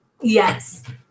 Yes